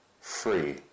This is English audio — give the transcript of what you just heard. free